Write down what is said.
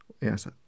yes